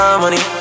money